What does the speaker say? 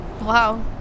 wow